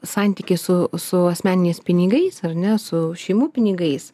santykį su su asmeniniais pinigais ar ne su šeimų pinigais